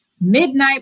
midnight